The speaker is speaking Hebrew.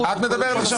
יוליה אחראית בשם